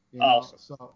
Awesome